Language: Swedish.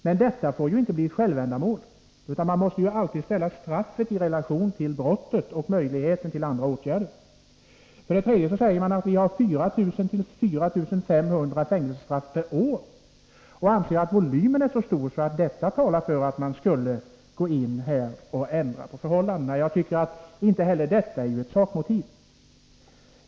Men detta får inte bli ett självändamål, utan man måste alltid ställa straffet i relation till brottet och möjligheten till andra åtgärder. För det tredje säger man att det utdöms 4 000-4 500 fängelsestraff per år och anser att volymen är så stor att detta talar för att man skulle ändra förhållandena. Jag tycker att inte heller detta är ett sakmotiv.